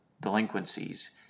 delinquencies